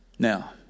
Now